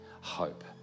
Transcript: hope